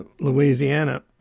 Louisiana